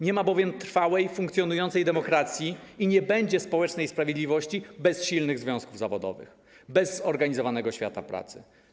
Nie ma bowiem trwałej, funkcjonującej demokracji i nie będzie społecznej sprawiedliwości bez silnych związków zawodowych, bez zorganizowanego świata pracy.